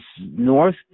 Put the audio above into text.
North